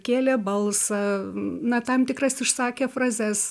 kėlė balsą na tam tikras išsakė frazes